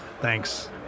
Thanks